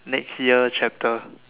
next year chapter